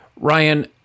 Ryan